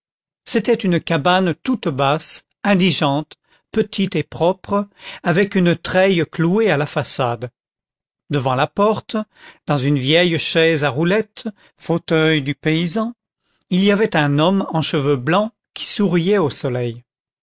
c'était une cabane toute basse indigente petite et propre avec une treille clouée à la façade devant la porte dans une vieille chaise à roulettes fauteuil du paysan il y avait un homme en cheveux blancs qui souriait au soleil